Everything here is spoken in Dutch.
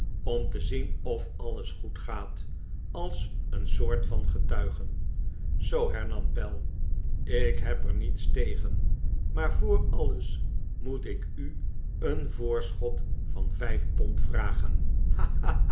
om te zien of alles goed gaat als een soort van getuigen zoo hernam pell ik heb er niets tegen maar voor alles moet ik u een voorschot van vijf pond vragen